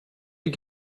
you